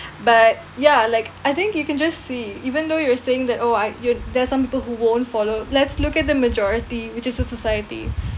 but ya like I think you can just see even though you were saying that oh I ya there are some people who won't follow let's look at the majority which is the society